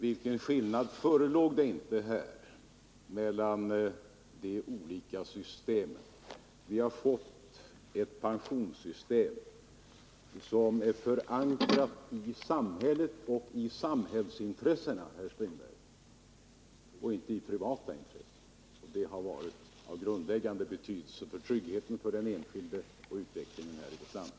Vilken skillnad förelåg inte mellan de olika systemen i förslagen till ATP! Vi har fått ett pensionssystem som är förankrat i samhället och i samhällsintressena, herr Strindberg, och inte i privata intressen. Det har varit av grundläggande betydelse för den enskildes trygghet och för utvecklingen i vårt land.